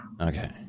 Okay